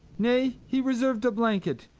nay, he reserv'd a blanket,